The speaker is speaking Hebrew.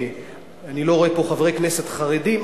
אני לא רואה פה חברי כנסת חרדים,